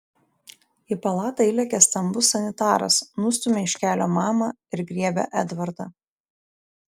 į palatą įlekia stambus sanitaras nustumia iš kelio mamą ir griebia edvardą